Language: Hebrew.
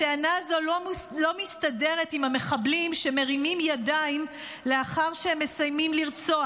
הטענה הזו לא מסתדרת עם המחבלים שמרימים ידיים לאחר שהם מסיימים לרצוח,